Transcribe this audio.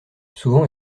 souvent